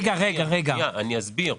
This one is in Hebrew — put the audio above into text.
אסביר.